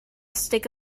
stick